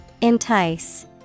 Entice